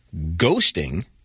ghosting